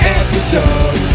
episode